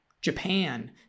Japan